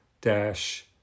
dash